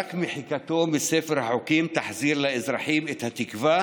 רק מחיקתו מספר החוקים תחזיר לאזרחים את התקווה